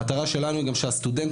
המטרה שלנו היא גם שהסטודנטים,